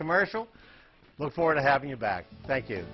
commercial look forward to having you back thank you